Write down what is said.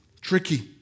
tricky